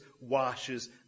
washes